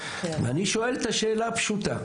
אני שואל את השאלה הפשוטה,